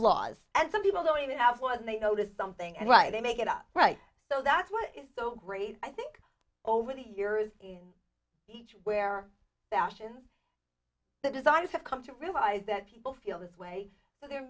laws and some people don't even have one they notice something and right they make it up right so that's what is so great i think over the years in egypt where fashion that designers have come to realize that people feel this way they're